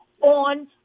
on